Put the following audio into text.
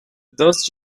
those